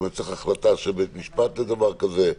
צריך החלטה של בית משפט לדבר כזה?